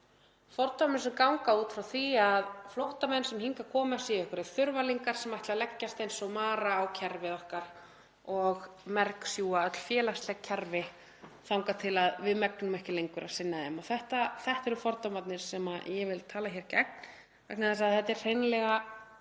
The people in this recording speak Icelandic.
fordómum sem ganga út frá því að flóttamenn sem hingað koma séu einhverjir þurfalingar sem ætli að leggjast eins og mara á kerfið okkar og mergsjúga öll félagsleg kerfi þangað til að við megnum ekki lengur að sinna þeim. Þetta eru fordómarnir sem ég vil tala gegn vegna þess að þetta er hreinlega